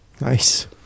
Nice